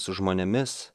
su žmonėmis